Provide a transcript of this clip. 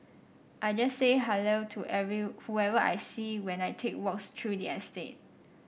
I just say hello to whoever I see when I take walks through the estate